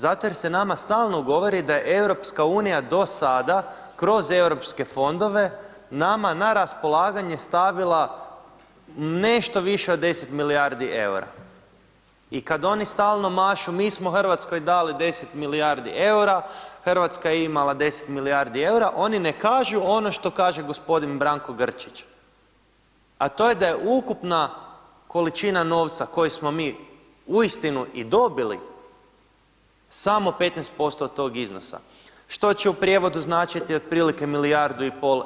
Zato jer se nama stalno govori da je EU do sada kroz Europske fondove nama na raspolaganje stavila nešto više od 10 milijardi EUR-a i kad oni stalno mašu mi smo Hrvatskoj dali 10 milijardi EUR-a, Hrvatska je imala 10 milijardi EUR-a oni ne kažu ono što kaže gospodin Branko Grčić, a to je da je ukupna količina novca koju smo mi uistinu i dobili samo 15% od tog iznosa, što će u prijevodu značiti milijardu i pol